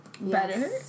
better